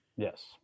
yes